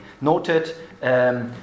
noted